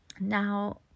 Now